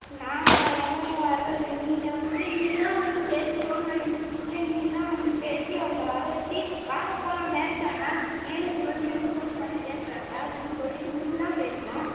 நாங்கள் எங்கங்கே வர்றது நீங்கள் வந்து நீங்கள் தான் வந்து பேசி லோன் வாங்கி கொடுத்தீங்க நீங்கள் தான் வந்து பேசி அவங்கள வரவச்சு வாங்க போகலாம் பேங்க்கன்னா மேனேஜர் வந்து எனக்கு ஃபோன் பண்ணி கேட்கறாங்க அப்படின்னு சொல்லிவிட்டு நீங்கள்தான் பேசணும்